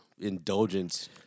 indulgence